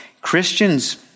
Christians